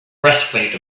breastplate